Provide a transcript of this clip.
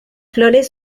flores